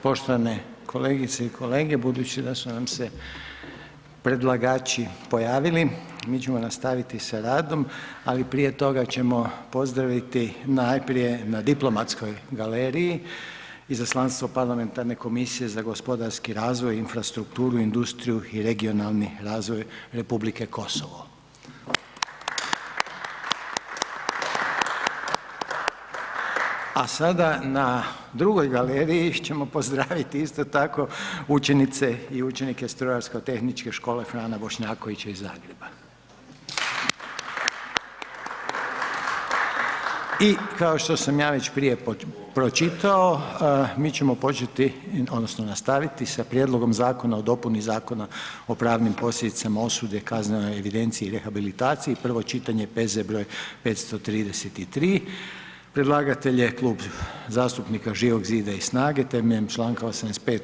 Poštovane kolegice i kolege, budući da su nam se predlagači pojavili, mi ćemo nastaviti sa radom ali prije toga ćemo pozdraviti najprije na diplomatskoj galeriji Izaslanstvo Parlamentarne komisije za gospodarski razvoj, infrastrukturu, industriju i regionalni razvoj Republike Kosovo. A sada na drugoj galeriji ćemo pozdraviti isto tako učenice i učenike Strojarsko tehničke škole Frana Bošnjakovića iz Zagreba. I kao što sam ja već prije pročitao mi ćemo početi, odnosno nastaviti sa: - Prijedlogom zakona o dopuni Zakona o pravnim posljedicama osude, kaznene evidencije i rehabilitacije, prvo čitanje, P.Z. br. 533; Predlagatelj: Klub zastupnika Živog zida i SNAGA-e Predlagatelj je Klub zastupnika Živog zida i SNAGA-e temeljem članka 85.